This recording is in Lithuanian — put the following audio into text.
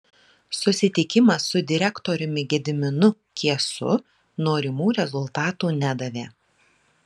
susitikimas su direktoriumi gediminu kiesu norimų rezultatų nedavė